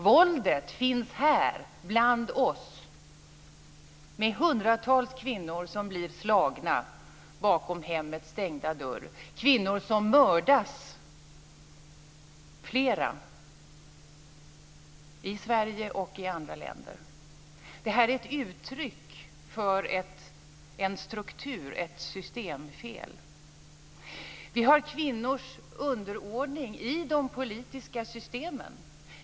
Våldet finns här, bland oss, med hundratals kvinnor som blir slagna bakom hemmets stängda dörr, kvinnor som mördas, flera, i Sverige och i andra länder. Det här är ett uttryck för ett systemfel. Vi har kvinnors underordning i de politiska systemen.